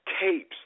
tapes